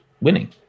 winning